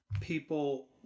people